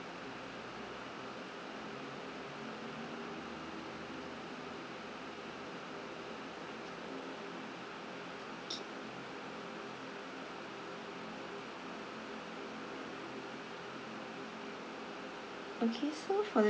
okay so for the